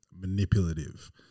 manipulative